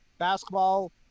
basketball